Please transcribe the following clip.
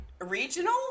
regional